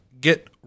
get